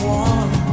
one